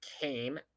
came